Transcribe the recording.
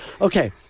Okay